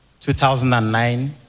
2009